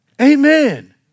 Amen